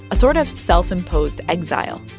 a sort of self-imposed exile.